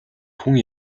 хүн